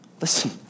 Listen